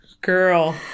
Girl